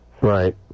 Right